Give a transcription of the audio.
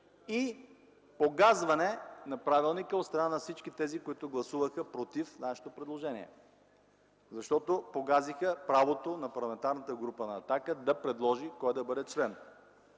и погазване на правилника – от страна на всички тези, които гласуваха против нашето предложение, защото погазиха правото на Парламентарната група на „Атака” да предложи кой да бъде член.